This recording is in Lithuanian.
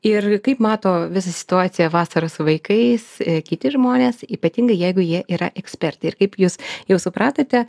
ir kaip mato visą situaciją vasarą su vaikais kiti žmonės ypatingai jeigu jie yra ekspertai ir kaip jūs jau supratote